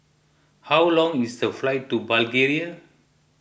how long is the flight to Bulgaria